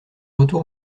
retour